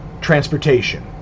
transportation